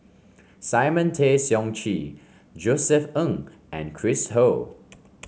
Simon Tay Seong Chee Josef Ng and Chris Ho